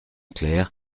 clair